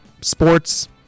sports